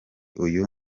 uyu